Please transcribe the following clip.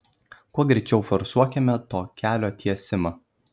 kuo greičiau forsuokime to kelio tiesimą